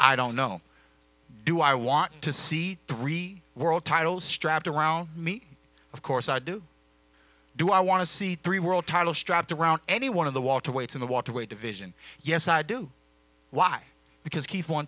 i don't know do i want to see three world titles strapped around me of course i do do i want to see three world titles strapped around any one of the water weights in the water weight division yes i do why because ke